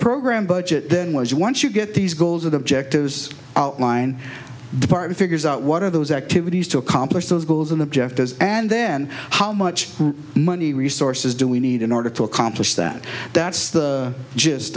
program budget then was once you get these goals and objectives outline the party figures out what are those activities to accomplish those goals and objectives and then how much money resources do we need in order to accomplish that that's the